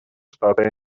штаты